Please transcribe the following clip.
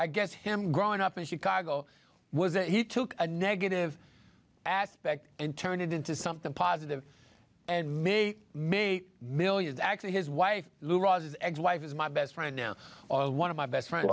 i guess him growing up in chicago was that he took a negative aspect and turn it into something positive and make make millions actually his wife lou was ex wife is my best friend now one of my best friend